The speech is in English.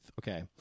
Okay